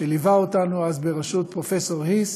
שליווה אותנו אז, בראשות פרופ' היס.